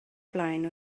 blaen